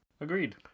Agreed